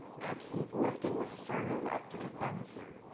now, keep lifting the sternum up to the thumbs here.